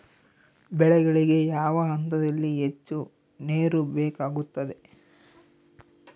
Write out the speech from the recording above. ಬೆಳೆಗಳಿಗೆ ಯಾವ ಹಂತದಲ್ಲಿ ಹೆಚ್ಚು ನೇರು ಬೇಕಾಗುತ್ತದೆ?